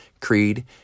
creed